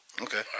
Okay